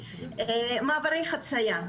מעברי חציה,